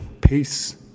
Peace